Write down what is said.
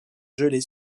gelée